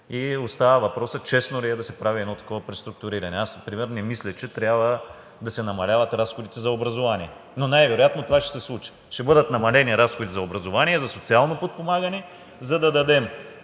и остава въпросът честно ли е да се прави едно такова преструктуриране. Аз например не мисля, че трябва да се намаляват разходите за образование, но най-вероятно това ще се случи. Ще бъдат намалени разходите за образование, за социално подпомагане, за да дадем.